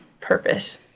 purpose